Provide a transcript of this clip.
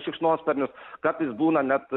šikšnosparnius kartais būna net